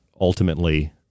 ultimately